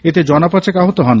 এতে জনা পাঁচেক আহত হন